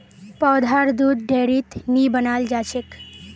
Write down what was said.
पौधार दुध डेयरीत नी बनाल जाछेक